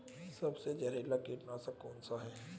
सबसे जहरीला कीटनाशक कौन सा है?